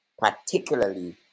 particularly